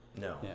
No